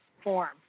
form